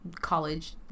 college